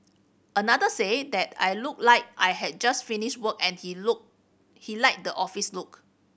another said that I looked like I had just finished work and he look he liked the office look